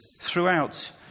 throughout